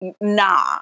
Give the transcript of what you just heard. Nah